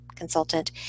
consultant